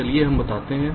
चलिए हम बताते हैं